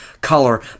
color